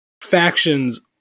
factions